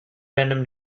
random